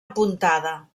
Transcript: apuntada